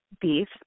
beef